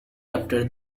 after